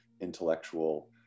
intellectual